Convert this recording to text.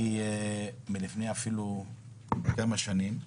עוד לפני כמה שנים,